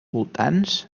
voltants